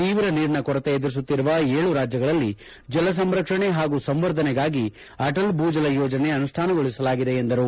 ತೀವ್ರ ನೀರಿನ ಕೊರತೆ ಎದುರಿಸುತ್ತಿರುವ ಏಳು ರಾಜ್ಯಗಳಲ್ಲಿ ಜಲ ಸಂರಕ್ಷಣೆ ಹಾಗೂ ಸಂವರ್ಧನೆಗಾಗಿ ಅಟಲ್ ಭೂಜಲ ಯೋಜನೆ ಅನುಷ್ಠಾನಗೊಳಿಸಲಾಗಿದೆ ಎಂದರು